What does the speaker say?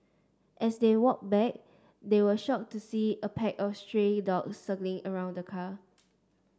as they walked back they were shocked to see a pack of stray dogs circling around the car